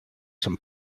some